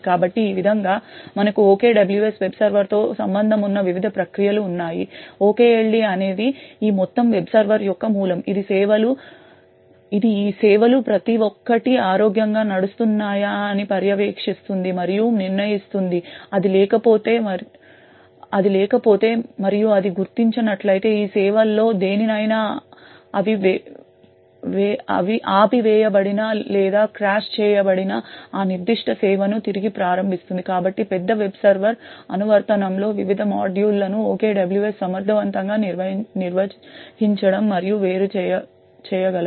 కాబట్టి ఈ విధంగా మనకు OKWS వెబ్ సర్వర్తో సంబంధం ఉన్న వివిధ ప్రక్రియలు ఉన్నాయి OKLD అనేది ఈ మొత్తం వెబ్ సర్వర్ యొక్క మూలం ఇది ఈ సేవలు ప్రతి ఒక్కటి ఆరోగ్యంగా నడుస్తున్నాయా అని పర్యవేక్షిస్తుంది మరియు నిర్ణయిస్తుంది అది లేకపోతే మరియు అది గుర్తించినట్లయితే ఈ సేవల్లో దేనినైనా ఆపివేయబడిన లేదా క్రాష్ చేయబడిన ఆ నిర్దిష్ట సేవను తిరిగి ప్రారంభిస్తుంది కాబట్టి పెద్ద వెబ్ సర్వర్ అనువర్తనంలో వివిధ మాడ్యూళ్ళను OKWS సమర్థవంతంగా నిర్వహించడం మరియు వేరుచేయగలదు